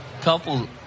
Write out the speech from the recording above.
couple